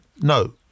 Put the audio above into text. no